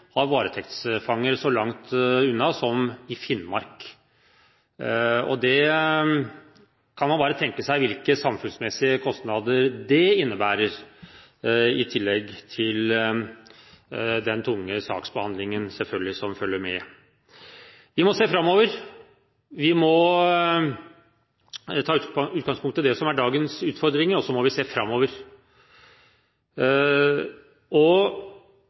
har varetektsfanger så langt unna som i Finnmark. Man kan tenke seg hvilke samfunnsmessige kostnader det innebærer – i tillegg til den tunge saksbehandlingen som følger med. Vi må se framover. Vi må ta utgangspunkt i det som er dagens utfordringer, og så må vi se framover.